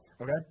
okay